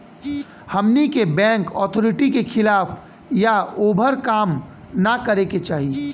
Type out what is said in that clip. हमनी के bank authority के खिलाफ या ओभर काम न करे के चाही